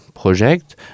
project